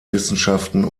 wissenschaften